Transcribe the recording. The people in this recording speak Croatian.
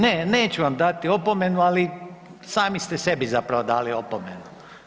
Ne, neću vam dati opomenu, ali sami ste sebi zapravo dali opomenu.